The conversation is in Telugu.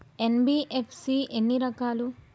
ఎన్.బి.ఎఫ్.సి ఎన్ని రకాలు?